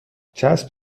چسب